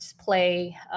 play